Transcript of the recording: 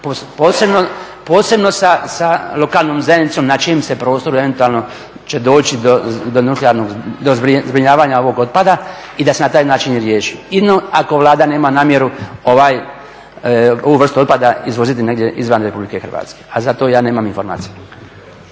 posebno sa lokalnom zajednicom na čijem se prostoru eventualno će doći do zbrinjavanja ovog otpada i da se na taj način riješi. Jedino ako Vlada nema namjeru ovu vrstu otpada izvoziti negdje izvan RH, a za to ja nemam informacije.